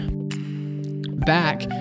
back